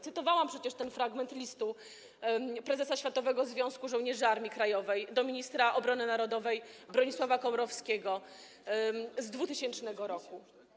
Cytowałam przecież fragment listu prezesa Światowego Związku Żołnierzy Armii Krajowej do ministra obrony narodowej Bronisława Komorowskiego z 2000 r.